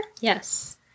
Yes